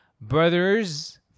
brothers